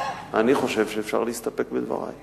אני חושב שאפשר להסתפק בדברי.